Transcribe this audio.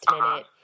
minute